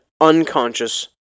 unconscious